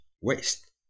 waste